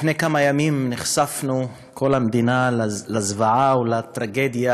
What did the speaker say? לפני כמה ימים נחשפה כל המדינה לזוועה או לטרגדיה